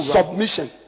submission